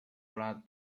blood